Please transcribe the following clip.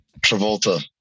Travolta